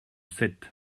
sept